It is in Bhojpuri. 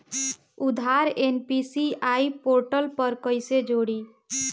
आधार एन.पी.सी.आई पोर्टल पर कईसे जोड़ी?